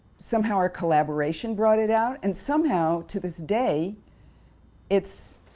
somehow, our collaboration brought it out, and somehow, to this day it's,